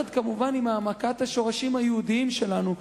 כמובן עם העמקת השורשים היהודיים שלנו.